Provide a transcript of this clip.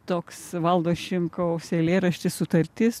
toks valdo šimkaus eilėraštis sutartis